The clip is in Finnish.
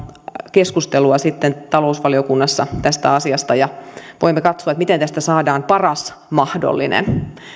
keskustelua sitten talousvaliokunnassa tästä asiasta ja voimme katsoa miten tästä saadaan paras mahdollinen